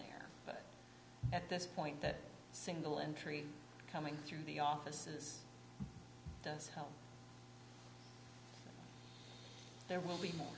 there at this point that single entry coming through the offices does help there will be more